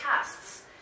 tests